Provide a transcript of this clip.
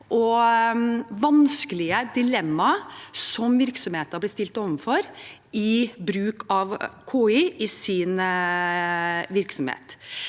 og vanskelige dilemmaer som virksomheter blir stilt overfor ved bruk av KI i sin virksomhet.